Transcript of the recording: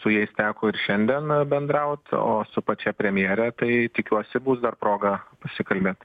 su jais teko ir šiandien bendraut o su pačia premjere tai tikiuosi bus dar proga pasikalbėt